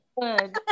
Good